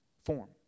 form